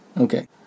Okay